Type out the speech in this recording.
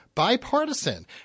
Bipartisan